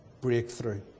breakthrough